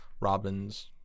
robins